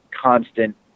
constant